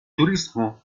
turismo